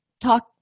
Talk